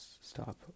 stop